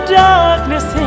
darkness